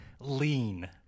Lean –